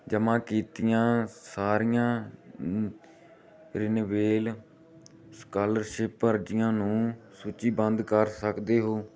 ਜਮ੍ਹਾਂ ਕੀਤੀਆਂ ਸਾਰੀਆਂ ਰਿਨਵੇਲ ਸਕਾਲਰਸ਼ਿਪ ਅਰਜ਼ੀਆਂ ਨੂੰ ਸੂਚੀਬੱਧ ਕਰ ਸਕਦੇ ਹੋ